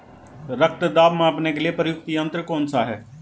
रक्त दाब मापने के लिए प्रयुक्त यंत्र कौन सा है?